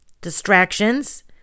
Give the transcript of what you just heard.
Distractions